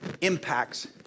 impacts